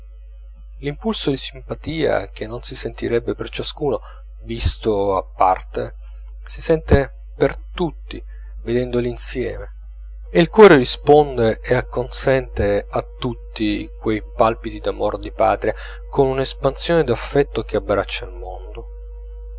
l'impulso di simpatia che non si sentirebbe per ciascuno visto a parte si sente per tutti vedendoli insieme e il cuore risponde e acconsente a tutti quei palpiti d'amor di patria con un'espansione d'affetto che abbraccia il mondo